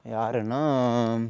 யாருன்னா